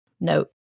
note